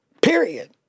period